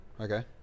Okay